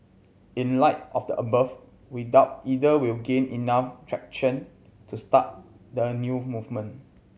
in light of the above we doubt either will gain enough traction to start a new movement